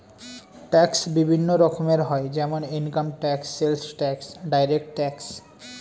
tax বিভিন্ন রকমের হয় যেমন income tax, sales tax, direct tax